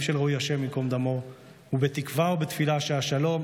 של רועי הי"ד ובתקווה ובתפילה שהשלום,